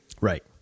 Right